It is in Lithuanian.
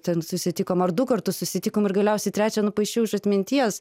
ten susitikom ar du kartus susitikom ir galiausiai trečią nupaišiau iš atminties